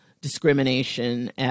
discrimination